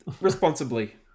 Responsibly